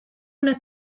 una